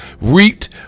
reaped